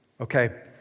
Okay